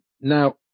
Now